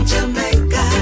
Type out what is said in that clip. Jamaica